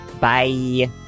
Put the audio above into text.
Bye